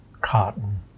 cotton